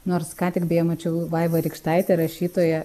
nors ką tik beje mačiau vaiva rykštaitė rašytoja